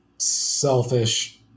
selfish